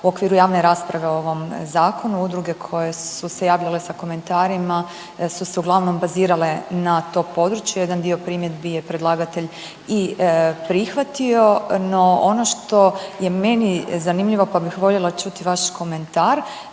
u okviru javne rasprave o ovom Zakonu udruge koje su se javile sa komentarima su se uglavnom bazirale na to područje. Jedan dio primjedbi j e predlagatelj i prihvatio. No, ono što je meni zanimljivo pa bih voljela čuti vaš komentar,